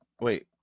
Wait